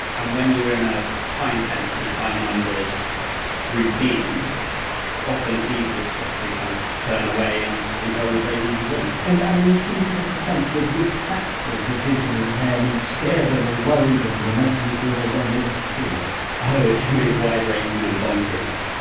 and when you're in a high intensity, high numbers routine often it's easiest just to kind of turn away and and go with those easy wins and i mean can you give us a sense of which factors of visual impairment scare them or worry them or make them feel they don't know what to do? mccarthy oh, it can be wide ranging and bonkers.